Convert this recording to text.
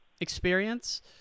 experience